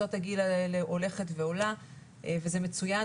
בקבוצות הגיל האלה הולכת ועולה וזה מצוין.